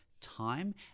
time